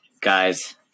guys